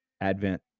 Advent